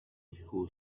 who